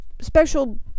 special